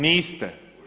Niste.